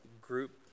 group